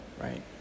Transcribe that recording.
right